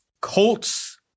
Colts